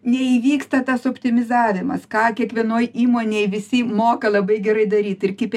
neįvyksta tas optimizavimas ką kiekvienoj įmonėj visi moka labai gerai daryt ir kaip